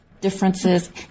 differences